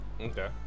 Okay